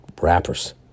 rappers